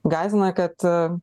gąsdina kad